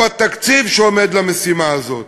מהו התקציב שעומד למשימה הזאת,